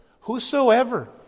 Whosoever